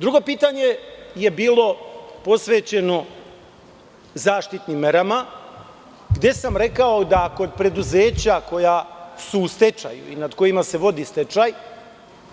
Drugo pitanje je bilo posvećeno zaštitnim merama, gde sam rekao da ako preduzeća koja su u stečaju i nad kojima se vodi stečaj